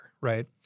right